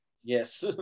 Yes